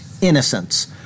innocence